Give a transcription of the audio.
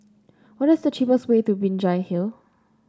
what is the cheapest way to Binjai Hill